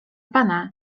pana